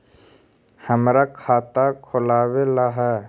हमरा खाता खोलाबे ला है?